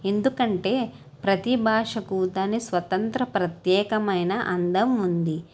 ఎందుకంటే ప్రతీ భాషకు దాని స్వతంత్ర ప్రత్యేకమైన అందం ఉంది